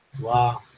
Wow